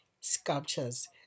sculptures